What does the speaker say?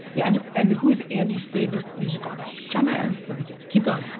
yeah and and who's andy's favorite music artist? john mayer. very good, keep going.